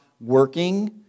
working